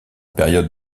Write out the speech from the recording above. période